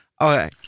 okay